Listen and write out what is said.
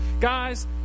Guys